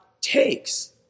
takes